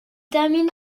termine